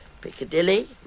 Piccadilly